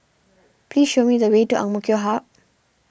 please show me the way to Amk Hub